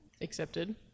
Accepted